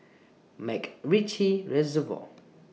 Macritchie Reservoir